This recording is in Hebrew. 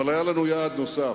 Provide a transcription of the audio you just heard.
אבל היה לנו יעד נוסף,